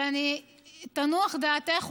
אבל תנוח דעתך,